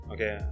Okay